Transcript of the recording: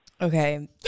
Okay